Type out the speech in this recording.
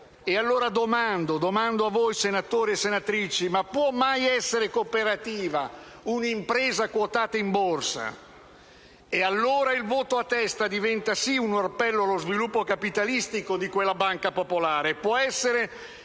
Domando dunque a voi, senatori e senatrici: può mai essere cooperativa un'impresa quotata in Borsa? Allora, il voto a testa diventa sì un orpello allo sviluppo capitalistico di quella banca popolare